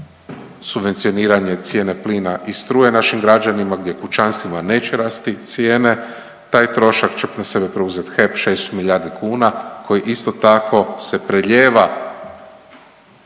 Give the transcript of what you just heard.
subvencioniranje cijene plina i struje našim građanima, gdje kućanstvima neće rasti cijene taj trošak će na sebe preuzeti HEP šest milijardi kuna koji isto tako se preljeva